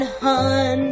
hun